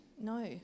No